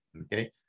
okay